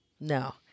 No